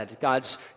God's